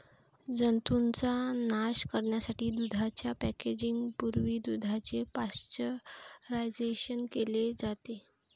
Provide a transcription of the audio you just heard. जंतूंचा नाश करण्यासाठी दुधाच्या पॅकेजिंग पूर्वी दुधाचे पाश्चरायझेशन केले जाते